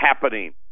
happening